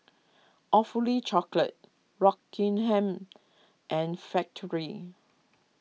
Awfully Chocolate Rockingham and Factorie